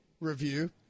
review